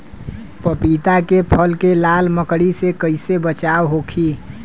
पपीता के फल के लाल मकड़ी से कइसे बचाव होखि?